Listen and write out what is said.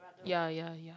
ya ya ya